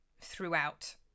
throughout